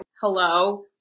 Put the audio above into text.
hello